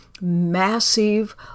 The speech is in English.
massive